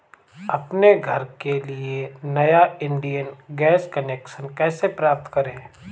अपने घर के लिए नया इंडियन गैस कनेक्शन कैसे प्राप्त करें?